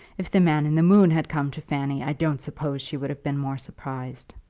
if the man in the moon had come to fanny i don't suppose she would have been more surprised.